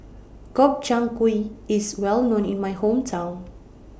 Gobchang Gui IS Well known in My Hometown